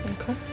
Okay